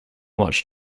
much